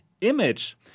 image